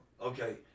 Okay